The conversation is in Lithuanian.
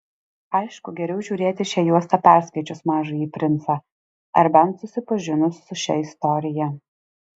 aišku geriau žiūrėti šią juostą paskaičius mažąjį princą ar bent susipažinus su šia istorija